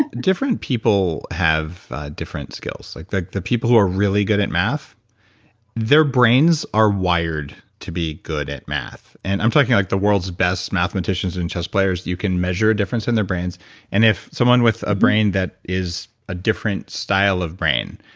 different people have different skills. like the the people who are really good at math their brains are wired to be good at math. and i'm talking like the world's best mathematicians and chess players. you can measure difference in their brains and if someone with a brain that is a different style of brain.